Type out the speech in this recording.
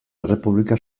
errepublika